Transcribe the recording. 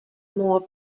more